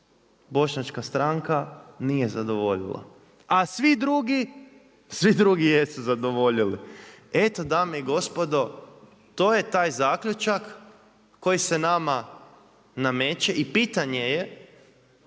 bošnjačka stranka nije zadovoljila. A svi drugi jesu zadovoljili. Eto dame i gospodo to je taj zaključak koji se nama nameće i pitanje je